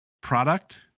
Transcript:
product